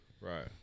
Right